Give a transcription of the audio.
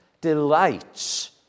delights